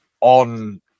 on